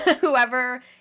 whoever